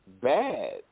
bad